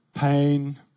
Pain